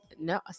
No